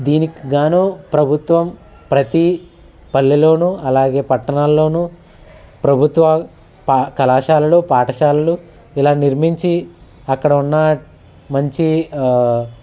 దీనికి గాను ప్రభుత్వం ప్రతి పల్లెలోనూ అలాగే పట్టణాల్లోనూ ప్రభుత్వ పా కళాశాలలు పాఠశాలలు ఇలా నిర్మించి అక్కడ ఉన్న మంచి